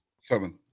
Seven